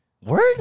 word